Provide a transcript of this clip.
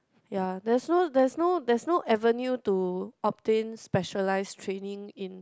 yea that's no that's no that's no avenue to obtain specialize training in